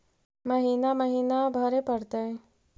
महिना महिना भरे परतैय?